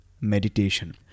meditation